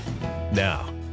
Now